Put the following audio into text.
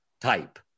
type